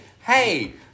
hey